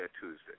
Tuesday